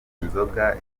inzoga